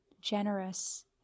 generous